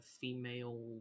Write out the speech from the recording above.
female